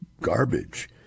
garbage